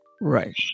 right